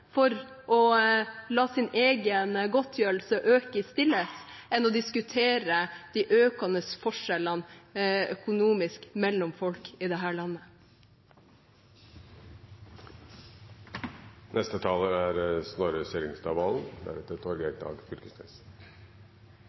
for å la sin egen godtgjørelse øke i stillhet enn for å diskutere de økende økonomiske forskjellene mellom folk i